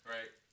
Right